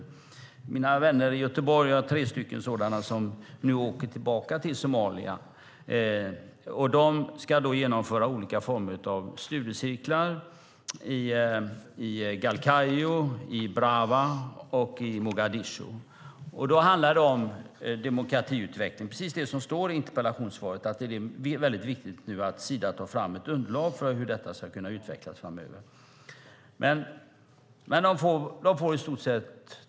Jag har tre vänner i Göteborg som nu åker tillbaka till Somalia. De ska genomföra olika former av studiecirklar i Galkayou, Brava och Mogadishu. Det handlar om demokratiutveckling - precis det som står i interpellationssvaret. Det är viktigt nu att Sida tar fram ett underlag för hur detta ska kunna utvecklas framöver.